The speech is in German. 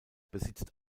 besitzt